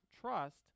trust